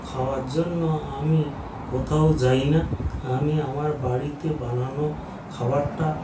খাওয়ার জন্য আমি কোথাও যাই না আমি আমার বাড়িতে বানানো খাবারটা